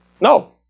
No